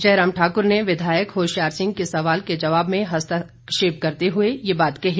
जयराम ठाकुर ने विधायक होशियार सिंह के सवाल के जवाब में हस्तक्षेप करते हुए ये बात कही